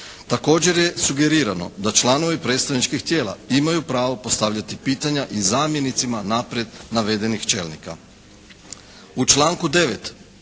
Također je sugerirano da članovi predstavničkih tijela imaju pravo postavljati pitanja i zamjenicima naprijed navedenih čelnika.